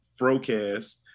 Frocast